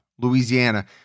Louisiana